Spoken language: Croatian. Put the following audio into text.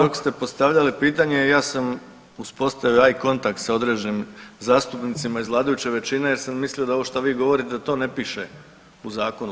Evo dok ste postavljali pitanje ja sam uspostavio I kontakt sa određenim zastupnicima iz vladajuće većine jer sam mislio da ovo što vi govorite da to ne piše u zakonu.